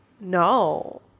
no